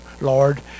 Lord